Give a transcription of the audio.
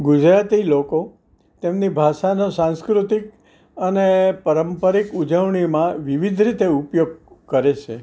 ગુજરાતી લોકો તેમની ભાષાનો સાંસ્કૃતિક અને પારંપારિક ઉજવણીમાં વિવિધ રીતે ઉપયોગ કરે છે